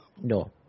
no